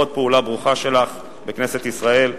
עוד פעולה ברוכה שלך בכנסת ישראל,